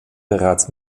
bereits